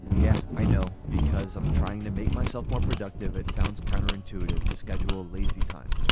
yeah i know because i'm trying to make myself more productive it sounds counterintuitive to schedule lazy time.